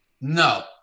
No